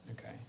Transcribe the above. Okay